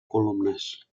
columnes